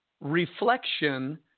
reflection